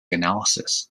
analysis